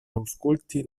aŭskulti